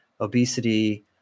obesity